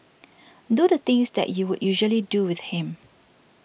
do the things that you would usually do with him